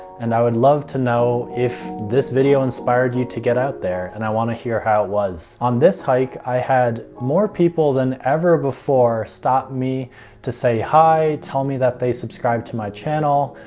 and i would love to know if this video inspired you to get out there, and i want to hear how it was. on this hike i had more people than ever before stop me to say hi, tell me that they subscribed to my channel,